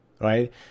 right